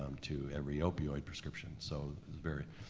um to every opioid prescription, so it's varied.